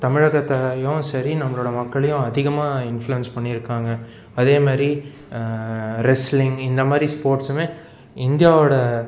தமிழகத்தையும் சரி நம்மளோட மக்களையும் அதிகமாக இன்ஃப்ளூயன்ஸ் பண்ணியிருக்காங்க அதே மாதிரி ரெஸ்ட்லிங் இந்த மாதிரி ஸ்போர்ட்ஸுமே இந்தியாவோடய